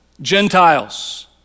Gentiles